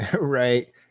Right